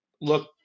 look